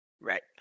Right